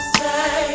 say